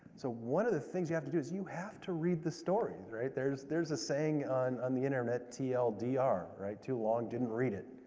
so one of the things you have to do is you have to read the stories, right? there's there's a saying on on the internet, tldr, right? too long, didn't read it.